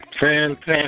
Fantastic